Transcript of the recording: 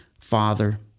father